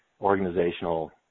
organizational